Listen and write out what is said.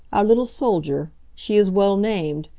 our little soldier. she is well named.